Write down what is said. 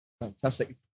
Fantastic